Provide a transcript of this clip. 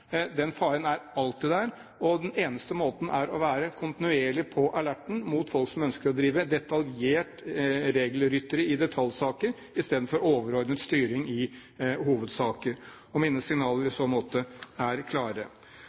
Den faren er alltid der. Den eneste måten er kontinuerlig å være «på alerten» mot folk som ønsker å drive detaljert regelrytteri i detaljsaker i stedet for overordnet styring i hovedsaker. Mine signaler i så måte er klare.